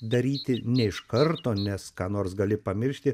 daryti ne iš karto nes ką nors gali pamiršti